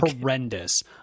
horrendous